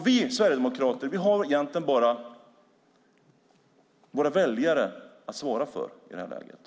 Vi sverigedemokrater har bara våra väljare att svara för, inga andra.